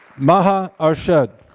maha arshad.